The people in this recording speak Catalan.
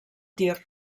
tir